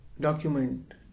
document